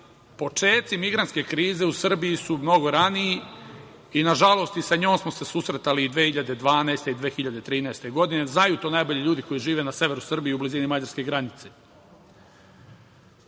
počeci migrantske krize u Srbiji su mnogo ranije i nažalost i sa njom smo se susretali 2012, 2013. godine. Znaju to najbolje ljudi koji žive na severu Srbije u blizini mađarske granice. Iz